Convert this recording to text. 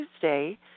Tuesday